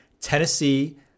Tennessee